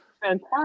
fantastic